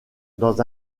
dans